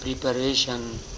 preparation